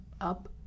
up